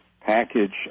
package